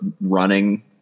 running